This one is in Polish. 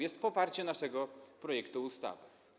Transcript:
jest poparcie naszego projektu ustawy.